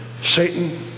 Satan